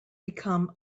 become